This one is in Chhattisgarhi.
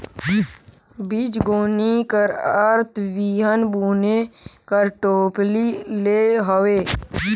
बीजगोनी कर अरथ बीहन बुने कर टोपली ले हवे